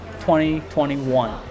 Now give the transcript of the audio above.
2021